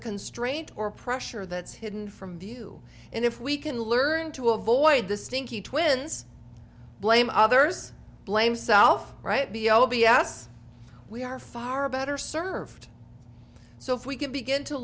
constraint or pressure that's hidden from view and if we can learn to avoid the stinky twins blame others blame self right b l o b s we are far better served so if we can begin to